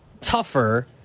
tougher